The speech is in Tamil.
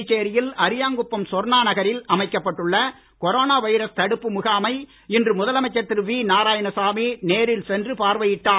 புதுச்சேரியில் நகரில் அமைக்கப்பட்டுள்ள கொரோனா வைரஸ் தடுப்பு முகாமை இன்று முதலமைச்சர் திரு வி நாராயணசாமி நேரில் சென்று பார்வையிட்டார்